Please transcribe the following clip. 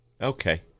Okay